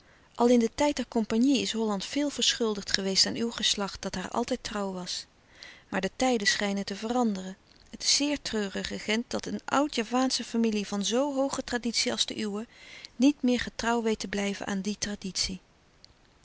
al in den tijd der compagnie is holland veel verschuldigd geweest aan uw geslacht dat haar altijd trouw was maar de tijden schijnen te veranderen het is zeer treurig regent dat een oude javaansche familie van zoo hooge traditie als de uwe niet meer getrouw weet te blijven aan die traditie